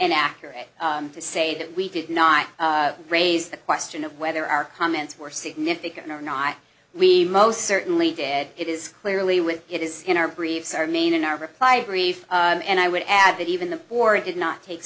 inaccurate to say that we did not raise the question of whether our comments were significant or not we most certainly did it is clearly when it is in our briefs our main in our reply brief and i would add that even the or it did not take